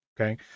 Okay